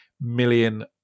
million